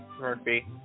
murphy